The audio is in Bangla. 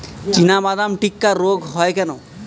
চিনাবাদাম টিক্কা রোগ হয় কেন?